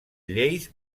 lleis